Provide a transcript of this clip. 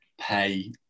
pay